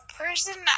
person